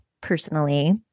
personally